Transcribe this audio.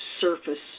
surface